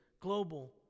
global